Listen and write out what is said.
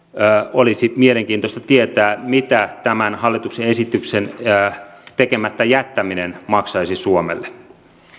olisi mielenkiintoista tietää mitä tämän hallituksen esityksen tekemättä jättäminen maksaisi suomelle